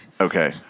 Okay